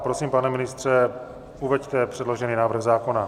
Prosím, pane ministře, uveďte předložený návrh zákona.